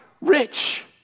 rich